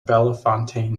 bellefontaine